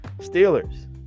Steelers